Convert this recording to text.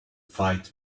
fight